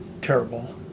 terrible